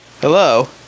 Hello